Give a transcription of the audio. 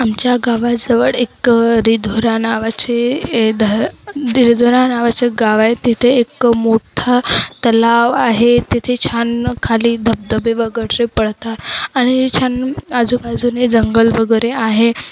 आमच्या गावाजवळ एक रिधोरा नावाचे ध रिधोरा नावाचे गाव आहे तिथे एक मोठा तलाव आहे तिथे छान खाली धबधबे वगैरे पडतात आणि छान आजूबाजूने जंगल वगैरे आहे